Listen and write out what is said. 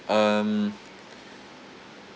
um